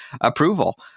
approval